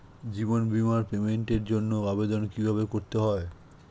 জীবন বীমার পেমেন্টের জন্য আবেদন কিভাবে করতে হয়?